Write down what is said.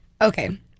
okay